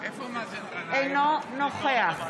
אינו נוכח